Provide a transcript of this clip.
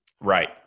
Right